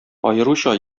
аеруча